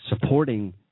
supporting